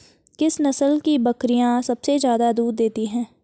किस नस्ल की बकरीयां सबसे ज्यादा दूध देती हैं?